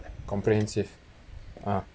comprehensive uh